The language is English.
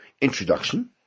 introduction